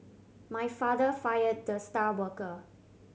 my father fire the star worker